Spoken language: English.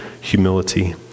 humility